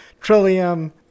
Trillium